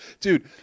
Dude